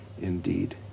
indeed